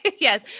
Yes